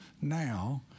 now